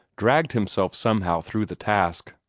dragged himself somehow through the task.